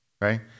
right